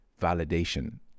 validation